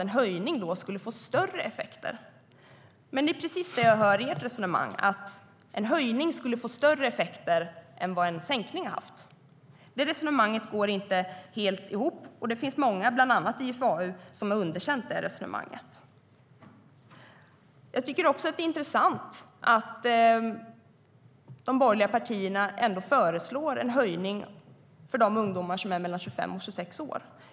I ert resonemang, Fredrik Christensson, hör jag dock precis detta, alltså att en höjning skulle få större effekter än en sänkning har haft. Det resonemanget går inte helt ihop, och det finns många, bland annat IFAU, som har underkänt det. Det är också intressant att de borgerliga partierna föreslår en höjning för de ungdomar som är mellan 25 och 26 år.